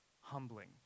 humbling